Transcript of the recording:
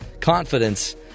confidence